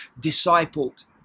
discipled